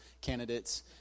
candidates